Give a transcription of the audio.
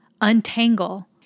untangle